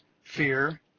fear